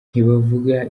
ntibavuga